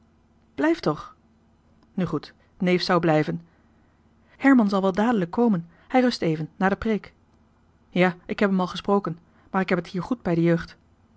blijf toch nu goed neef zou blijven herman zal wel dadelijk komen hij rust even na de preek ja ik heb hem al gesproken maar ik heb het hier goed bij de jeugd